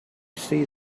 see